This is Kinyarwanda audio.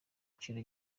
giciro